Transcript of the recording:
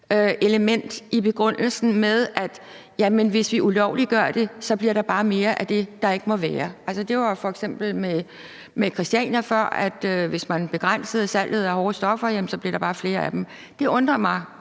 element i begrundelsen: Jamen hvis vi ulovliggør det, så bliver der bare mere af det, der ikke må være. Det var f.eks. i forbindelse med Christiania før, altså at hvis man begrænsede salget af hårde stoffer, blev der bare flere af dem. Det undrer mig,